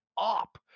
up